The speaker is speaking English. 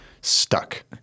stuck